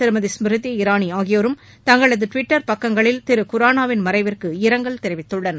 திருமதி ஸ்மிருதி இரானி ஆகியோரும் தங்களது டுவிட்டர் பக்கங்களில் திரு குரானாவின் மறைவுக்கு இரங்கல் தெரிவித்துள்ளனர்